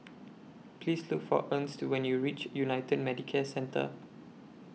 Please Look For Ernst when YOU REACH United Medicare Centre